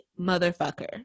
motherfucker